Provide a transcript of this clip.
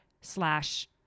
slash